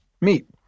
meat